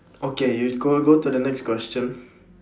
okay you go go to the next question